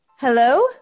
hello